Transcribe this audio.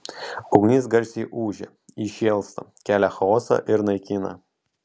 ugnis garsiai ūžia ji šėlsta kelia chaosą ir naikina